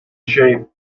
shape